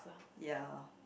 ya